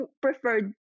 preferred